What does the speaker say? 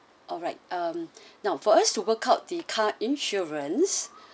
alright um now for us to work out the car insurance